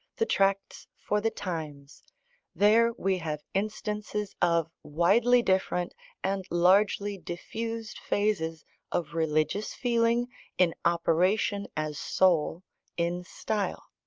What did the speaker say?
the tracts for the times there, we have instances of widely different and largely diffused phases of religious feeling in operation as soul in style.